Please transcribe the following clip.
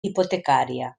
hipotecària